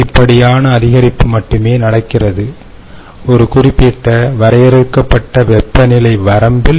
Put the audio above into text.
படிப்படியான அதிகரிப்பு மட்டுமே நடக்கிறது ஒரு குறிப்பிட்ட வரையறுக்கப்பட்ட வெப்பநிலை வரம்பில்